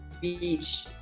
Beach